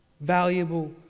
valuable